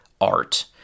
art